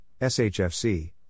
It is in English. SHFC